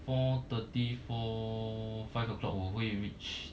four thirty four five o'clock 我会 reach